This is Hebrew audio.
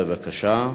בבקשה.